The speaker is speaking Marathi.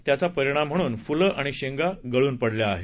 याचा परिणाम म्हणून फूलं आणि शेंगा गळून पडल्या आहेत